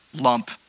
lump